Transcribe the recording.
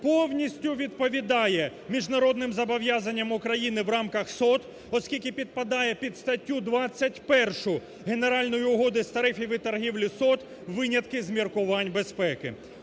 повністю відповідає міжнародним зобов'язанням України в рамках СОТ, оскільки підпадає під статтю ХХІ Генеральної угоди з тарифів і торгівлі СОТ "Винятки з міркувань безпеки".